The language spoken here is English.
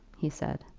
he said.